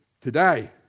Today